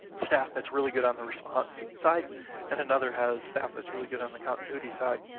staff that's really good on the response side and another has staff that's really good on the continuity side,